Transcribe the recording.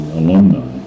alumni